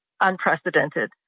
unprecedented